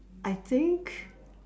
I think